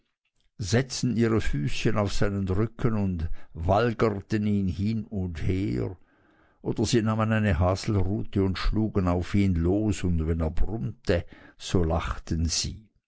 setzten ihre füßchen auf seinen rücken und walgerten ihn hin und her oder sie nahmen eine haselrute und schlugen auf ihn los und wenn er brummte so lachten sie